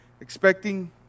expecting